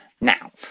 now